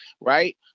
right